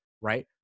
right